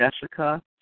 jessica